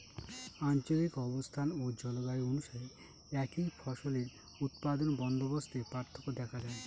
আঞ্চলিক অবস্থান ও জলবায়ু অনুসারে একই ফসলের উৎপাদন বন্দোবস্তে পার্থক্য দেখা যায়